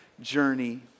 journey